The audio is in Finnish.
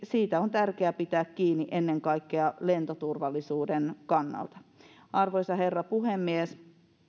siitä on tärkeää pitää kiinni ennen kaikkea lentoturvallisuuden kannalta arvoisa herra puhemies